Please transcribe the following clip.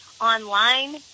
online